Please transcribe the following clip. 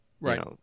Right